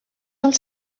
els